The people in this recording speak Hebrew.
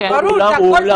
כל אולם הוא אולם,